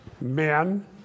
men